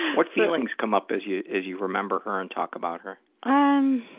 what feelings come up as you as you remember her and talk about her? um,